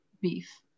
beef